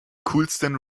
coolsten